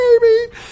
baby